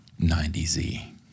90Z